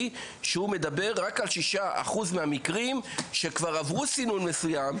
שהוא מדבר רק על 6% מהמקרים שכבר עברו סינון מסוים,